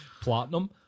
platinum